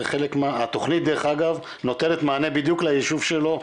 התוכנית דרך אגב, נותנת מענה בדיוק ליישוב שלו,